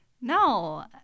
No